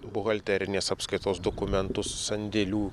buhalterinės apskaitos dokumentus sandėlių